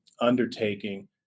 undertaking